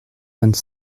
vingt